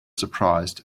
surprised